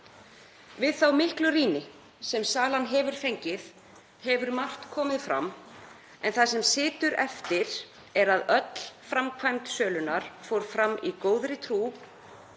Við þá miklu rýni sem salan hefur fengið hefur margt komið fram en það sem situr eftir er að öll framkvæmd sölunnar fór fram í góðri trú